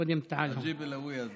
קודם תעאל להון.